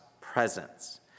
presence